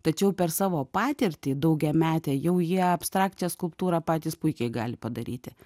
tačiau per savo patirtį daugiametę jau jie abstrakciją skulptūrą patys puikiai gali padaryti